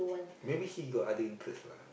maybe he got other interest lah